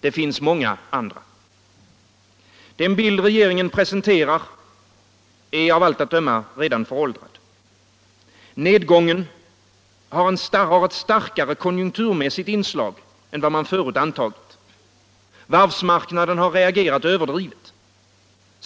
Det finns många andra. Den bild regeringen presenterar är av allt att döma redan föråldrad. Nedgången har ett starkare konjunkturmässigt inslag än vad som förut antagits. Varvsmarknaden har reagerat överdrivet.